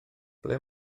ble